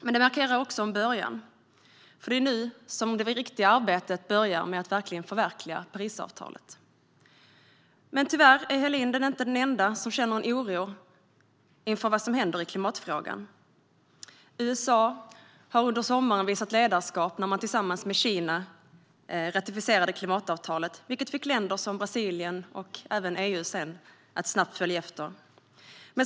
Men det markerar också en början, för det är nu som det riktiga arbetet med att förverkliga Parisavtalet börjar. Men tyvärr är Helin inte den enda som känner oro inför vad som händer i klimatfrågan. USA har under sommaren visat ledarskap då man tillsammans med Kina ratificerade klimatavtalet, vilket sedan fick länder som Brasilien och även EU att snabbt följa efter.